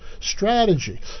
strategy